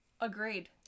Agreed